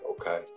Okay